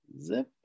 zip